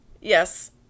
Yes